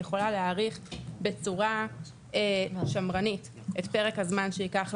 יכולה להעריך בצורה שמרנית את פרק הזמן שייקח לה